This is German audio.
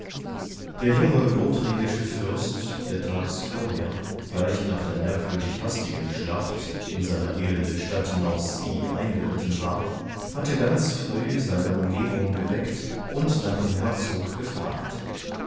der junge lothringische fürst der tags vorher gleich nach der merkwürdig hastigen schlacht in seiner elenden stadt nancy eingeritten war hatte ganz früh seine umgebung geweckt und nach dem herzog gefragt